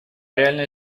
реальная